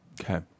Okay